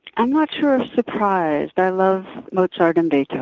i'm not sure if surprised. i love mozart and